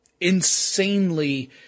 insanely